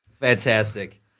Fantastic